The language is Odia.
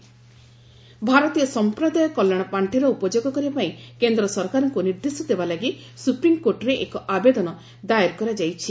ଏସ୍ସି ଆଇସି ଡବ୍ଲ୍ୟଏଫ୍ ଭାରତୀୟ ସମ୍ପ୍ରଦାୟ କଲ୍ୟାଣ ପାଣ୍ଠିର ଉପଯୋଗ କରିବା ପାଇଁ କେନ୍ଦ୍ର ସରକାରଙ୍କୁ ନିର୍ଦ୍ଦେଶ ଦେବା ଲାଗି ସୁପ୍ରିମ୍କୋର୍ଟରେ ଏକ ଆବେଦନ ଦାଏର କରାଯାଇଛି